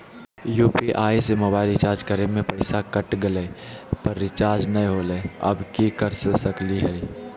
UPI से mobile recharge करे में पैसा कट गेलई, पर रिचार्ज नई होलई, अब की कर सकली हई?